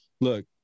Look